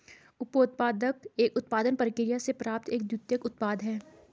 उपोत्पाद एक उत्पादन प्रक्रिया से प्राप्त एक द्वितीयक उत्पाद है